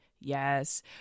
Yes